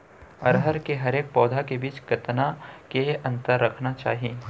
अरहर के हरेक पौधा के बीच कतना के अंतर रखना चाही?